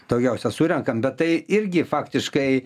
daugiausia surenkam bet tai irgi faktiškai